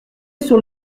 sur